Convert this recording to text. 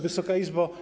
Wysoka Izbo!